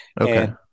Okay